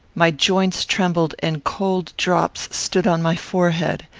my joints trembled, and cold drops stood on my forehead.